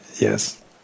yes